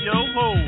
Yo-ho